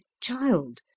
child